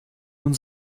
nun